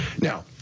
Now